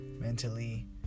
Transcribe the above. mentally